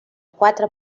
quatre